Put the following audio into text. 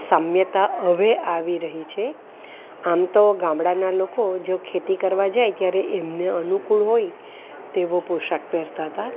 સામ્યતા હવે આવી રહી છે આમ તો ગામડાના લોકો જો ખેતી કરવા જાય ત્યારે એમને અનુકૂળ હોય તેવો પોશાક પહેરતા હતાં